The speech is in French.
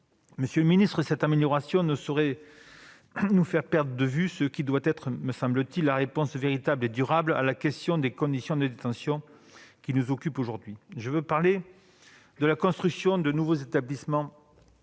monsieur le garde des sceaux, cette amélioration ne saurait faire perdre de vue ce qui doit être, me semble-t-il, la réponse véritable et durable à la question des conditions de détention, qui nous occupe aujourd'hui. Je veux parler de la construction de nouveaux établissements.